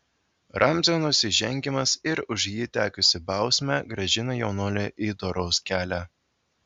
ramzio nusižengimas ir už jį tekusi bausmė grąžino jaunuolį į doros kelią